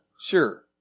Sure